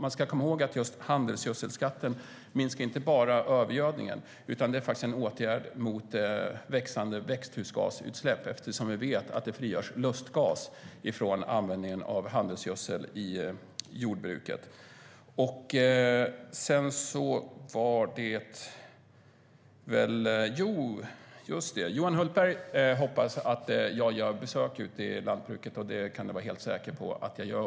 Man ska komma ihåg att handelsgödselskatten inte bara minskar övergödningen. Det är faktiskt en åtgärd mot växande växthusgasutsläpp, eftersom vi vet att det frigörs lustgas vid användningen av handelsgödsel i jordbruket. Johan Hultberg hoppas att jag gör besök i lantbruket. Det kan han vara helt säker på att jag gör.